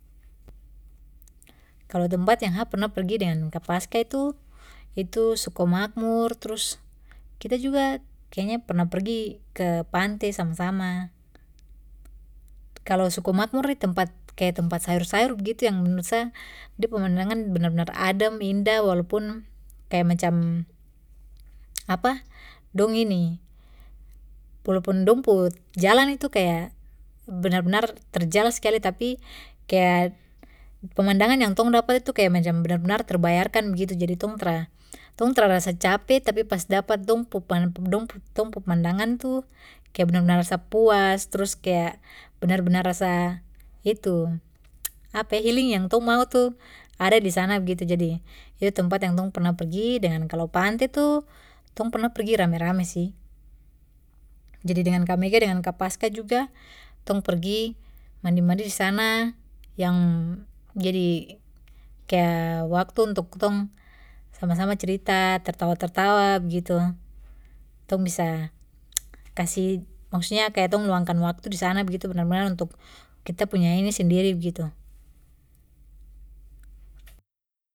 kalo tempat yang sa pernah pergi dengan kak paskah itu itu sukomakmur trus kita juga kayanya pernah pergi ke pante sama sama kalo sukomakmur nih tempat kaya tempat sayur sayur begitu yang menurut sa de pemandangan benar benar adem indah walaupun kaya macam apa dong ini walaupun dong pu jalan itu kaya benar benar terjal skali tapi kaya pemandangan yang tong dapat itu macam benar benar terbayarkan begitu jadi tong tra tong tra rasa cape tapi pas dapat dong pu pe dong pu tong pu pemandangan itu kaya benar benar ras puas trus kaya benar benar rasa itu apa healing yang tong mau ada disana begitu jadi itu tempat yang tong pernah pergi dan kalo pante itu tong pernah pergi rame rame sih jadi dengan kak mega dengan kak paskah juga tong pergi mandi mandi disana yang jadi kaya waktu untuk kitong sama sama cerita tertawa tertawa begitu tong bisa kasih maksudnya kitong luangkan waktu disana begitu benar benar untuk kita punya ini sendiri begitu